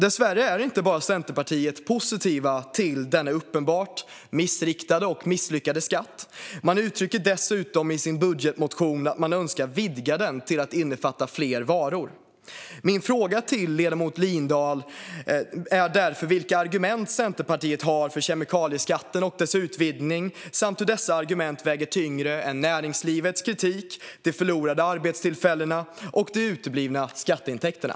Dessvärre är Centerpartiet inte bara positivt till denna uppenbart misslyckade och missriktade skatt; man uttrycker dessutom i sin budgetmotion att man önskar vidga den till att innefatta fler varor. Min fråga till ledamoten Lindahl gäller därför vilka argument Centerpartiet har för kemikalieskatten och dess utvidgning samt hur dessa argument kan väga tyngre än näringslivets kritik, de förlorade arbetstillfällena och de uteblivna skatteintäkterna.